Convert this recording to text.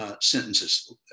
sentences